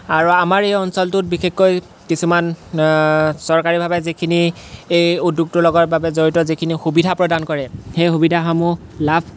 আৰু আমাৰ এই অঞ্চলটোত বিশেষকৈ কিছুমান চৰকাৰীভাৱে যিখিনি এই উদ্যোগটোৰ লগৰ বাবে জড়িত যিখিনি সুবিধা প্ৰদান কৰে সেই সুবিধাসমূহ লাভ